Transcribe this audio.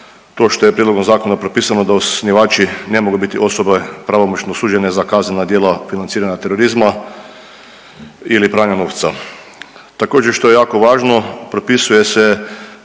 to što je prijedlogom zakona propisano da osnivači ne mogu biti osobe pravomoćno osuđene za kaznena djela financiranja terorizma ili pranja novca. Također što je jako važno, propisuje se